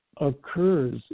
occurs